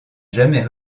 jamais